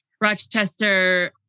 Rochester